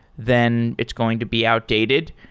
then it's going to be outdated.